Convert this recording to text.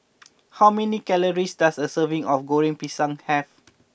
how many calories does a serving of Goreng Pisang have